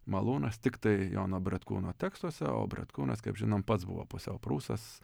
malūnas tiktai jono bretkūno tekstuose o bretkūnas kaip žinom pats buvo pusiau prūsas